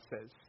says